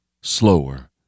slower